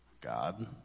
God